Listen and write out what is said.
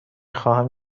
خواهم